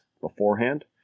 beforehand